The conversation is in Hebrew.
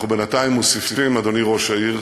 אנחנו בינתיים מוסיפים, אדוני ראש העיר,